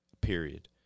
period